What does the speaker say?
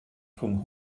rhwng